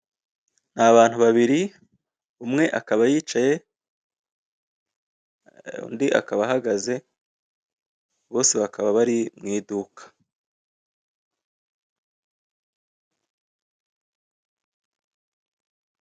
Hari uburyo bwiza ushobora kuguriraho ibicuruzwa wifuza yaba imyambaro itandukanye iyo kujyana ahantu, iyo gutemberana n'ibindi byose bitandukanye.